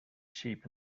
sheep